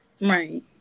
Right